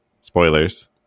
spoilers